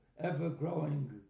ever-growing